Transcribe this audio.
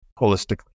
holistically